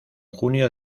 junio